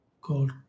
called